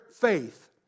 faith